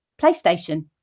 PlayStation